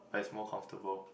but it's more comfortable